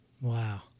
Wow